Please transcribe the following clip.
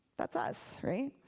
that's us right?